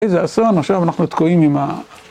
איזה אסון עכשיו אנחנו תקועים עם ה...